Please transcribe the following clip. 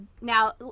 Now